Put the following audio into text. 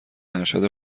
ارشد